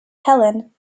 helen